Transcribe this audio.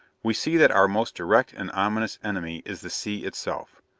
we see that our most direct and ominous enemy is the sea itself.